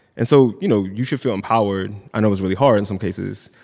and so, you know, you should feel empowered. i know it is really hard in some cases.